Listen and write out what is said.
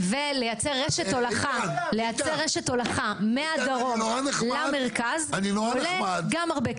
לייצר רשת הולכה מהדרום למרכז עולה גם הרבה כסף.